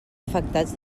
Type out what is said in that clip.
afectats